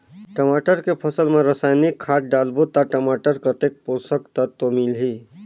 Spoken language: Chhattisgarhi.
टमाटर के फसल मा रसायनिक खाद डालबो ता टमाटर कतेक पोषक तत्व मिलही?